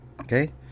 Okay